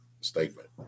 statement